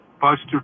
Buster